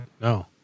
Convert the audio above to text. No